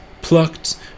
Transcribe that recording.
plucked